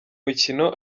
mukino